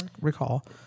recall